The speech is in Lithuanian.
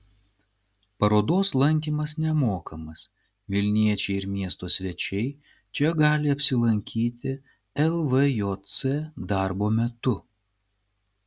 parodos lankymas nemokamas vilniečiai ir miesto svečiai čia gali apsilankyti lvjc darbo metu